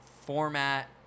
format